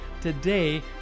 Today